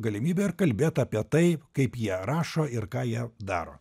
galimybę ir kalbėt apie tai kaip jie rašo ir ką jie daro